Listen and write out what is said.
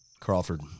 Crawford